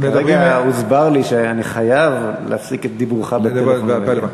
כרגע הוסבר לי שאני חייב להפסיק את דיבורך בטלפון.